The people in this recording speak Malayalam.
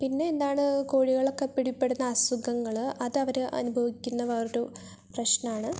പിന്നെ എന്താണ് കോഴികൾക്ക് ഒക്കെ പിടിപ്പെടുന്ന അസുഖങ്ങള് അത് അവര് അനുഭവിക്കുന്ന വേറൊരു പ്രശ്നമാണ്